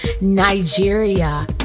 Nigeria